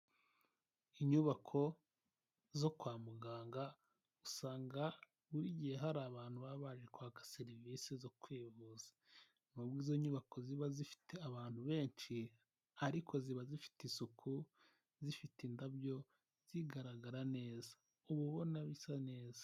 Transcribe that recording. Inyubako zo kwa muganga, usanga buri gihe hari abantu baba baje kwaka serivisi zo kwivuza, n'ubwo izo nyubako ziba zifite abantu benshi, ariko ziba zifite isuku, zifite indabyo, zigaragara neza, uba ubona bisa neza.